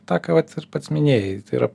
tą ką vat ir pats minėjai tai yra